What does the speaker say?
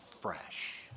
fresh